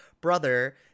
brother